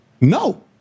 No